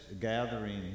gathering